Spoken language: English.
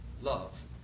Love